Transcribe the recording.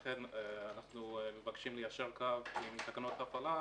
לכן אנחנו מבקשים ליישר קו עם תקנות ההפעלה